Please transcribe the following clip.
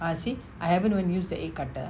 ah see I haven't even use the egg cutter